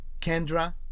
Kendra